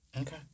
Okay